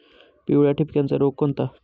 पिवळ्या ठिपक्याचा रोग कोणता?